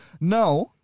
now